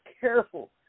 careful